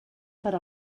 per